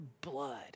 blood